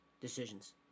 decisions